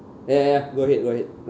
ya ya ya go ahead go ahead